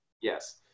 Yes